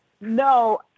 No